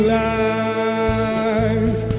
life